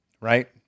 right